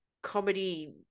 comedy